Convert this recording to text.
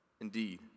Indeed